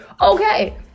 Okay